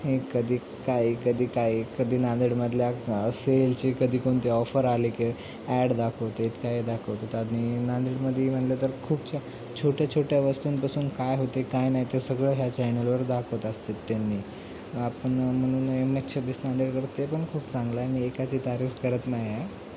हे कधी काही कधी काही कधी नांदेडमधल्या सेलची कधी कोणते ऑफर आले की ॲड दाखवतात काय दाखवतात आणि नांदेडमध्ये म्हणलं तर खूप छ छोट्या छोट्या वस्तूंपासून काय होते काय नाही ते सगळं ह्या चॅनलवर दाखवत असतात त्यांनी आपण म्हणून एम एस सव्वीस नांदेडकर ते पण खूप चांगलं आहे मी एकाची तारीफ करत नाही आहे